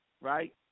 right